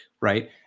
right